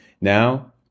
Now